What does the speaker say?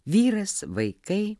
vyras vaikai